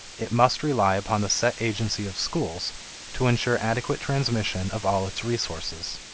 it must rely upon the set agency of schools to insure adequate transmission of all its resources.